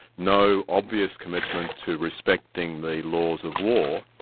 no obvious commitment to respecting the laws of war,